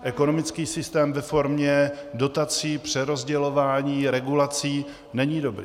Ekonomický systém ve formě dotací, přerozdělování, regulací není dobrý.